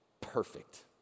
perfect